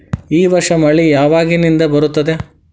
ಈ ವರ್ಷ ಮಳಿ ಯಾವಾಗಿನಿಂದ ಬರುತ್ತದೆ?